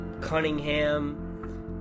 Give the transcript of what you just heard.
Cunningham